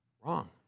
Wrong